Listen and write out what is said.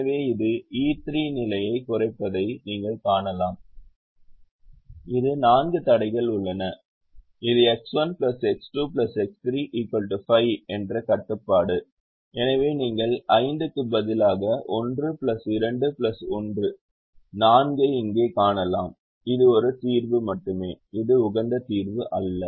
எனவே இது E3 நிலையை குறைப்பதை நீங்கள் காணலாம் இது நான்கு தடைகள் உள்ளன இது X1 X2 X3 5 என்ற கட்டுப்பாடு எனவே நீங்கள் 5 க்கு பதிலாக 1 2 1 4 ஐ இங்கே காணலாம் இது ஒரு தீர்வு மட்டுமே இது உகந்த தீர்வு அல்ல